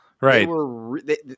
Right